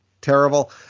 terrible